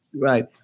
Right